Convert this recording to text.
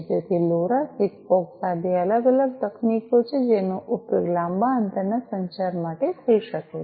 તેથી LoRa Sigfox આ બે અલગ અલગ તકનીકો છે જેનો ઉપયોગ લાંબા અંતરના સંચાર માટે થઈ શકે છે